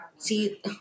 See